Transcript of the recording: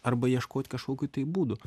arba ieškot kažkokių tai būdų